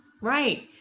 right